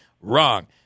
Wrong